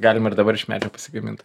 galima ir dabar iš medžio pasigamint